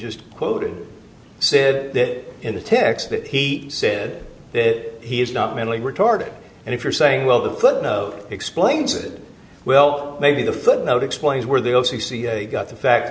just quoted said that in the text that he said that he is not mentally retarded and if you're saying well the quote explains it well maybe the footnote explains where they also got the fact